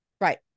right